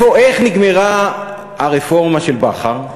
איך נגמרה הרפורמה של בכר?